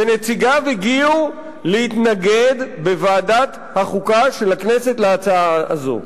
ונציגיו הגיעו לוועדת החוקה של הכנסת להתנגד להצעה הזו.